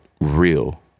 real